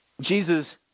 Jesus